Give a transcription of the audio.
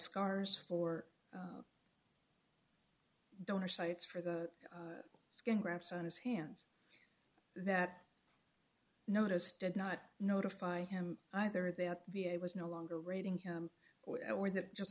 scars for donor sites for the skin grafts on his hands that notice did not notify him either that v a was no longer rating him or that just